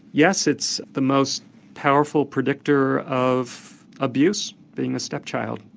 yes, it's the most powerful predictor of abuse, being a step-child.